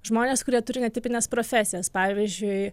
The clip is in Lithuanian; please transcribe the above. žmonės kurie turi netipines profesijas pavyzdžiui